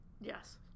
Yes